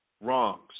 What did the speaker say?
wrongs